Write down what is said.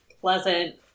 pleasant